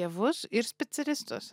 tėvus ir specialistus